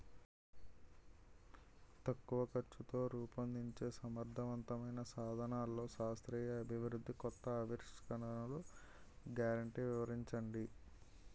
తక్కువ ఖర్చుతో రూపొందించే సమర్థవంతమైన సాధనాల్లో శాస్త్రీయ అభివృద్ధి కొత్త ఆవిష్కరణలు గ్యారంటీ వివరించండి?